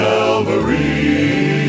Calvary